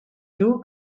two